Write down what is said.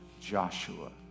Joshua